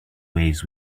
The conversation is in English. ways